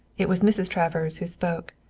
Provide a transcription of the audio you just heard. it was mrs. travers who spoke.